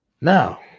Now